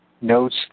notes